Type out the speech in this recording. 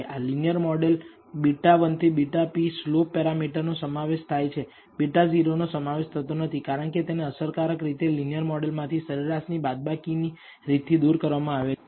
આ linear model β1 થી βp slope પેરામીટરનો સમાવેશ થાય છે β0 નો સમાવેશ થતો નથી કારણકે તેને અસરકારક રીતે લીનીયર મોડલ માંથી સરેરાશ ની બાદબાકી ની રીતથી દૂર કરવામાં આવેલ છે